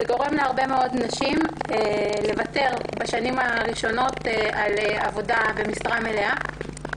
זה גורם להרבה מאוד נשים לוותר בשנים הראשונות על עבודה במשרה מלאה.